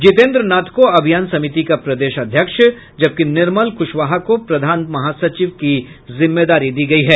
जितेन्द्र नाथ को अभियान समिति का प्रदेश अध्यक्ष जबकि निर्मल कुशवाहा को प्रधान महासचिव की जिम्मेदारी दी गयी है